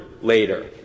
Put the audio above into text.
later